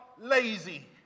lazy